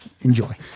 Enjoy